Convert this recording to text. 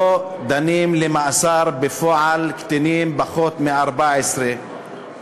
לא דנים למאסר בפועל קטינים בני פחות מ-14,